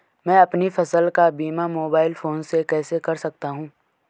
मैं अपनी फसल का बीमा मोबाइल फोन से कैसे कर सकता हूँ?